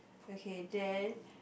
okay then